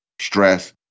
Stress